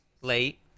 late